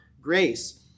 grace